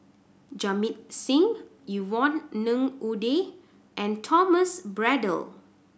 Jamit Singh Yvonne Ng Uhde and Thomas Braddell